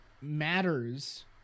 matters